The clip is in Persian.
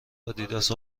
آدیداس